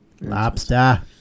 Lobster